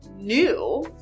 new